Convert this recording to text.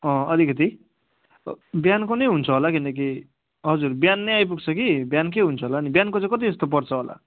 अँ अलिकति बिहानको नै हुन्छ होला किनकि हजुर बिहान नै आइपुग्छौँ कि बिहानकै हुन्छ होला नि बिहानको चाहिँ कति जस्तो पर्छ होला